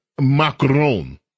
Macron